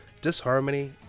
disharmony